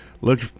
look